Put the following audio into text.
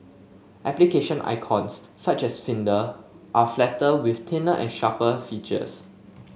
application icons such as Finder are flatter with thinner and sharper features